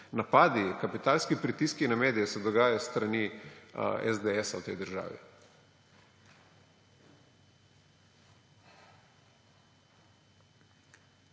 napadi, kapitalski pritiski na medije se dogajajo s strani SDS v tej državi.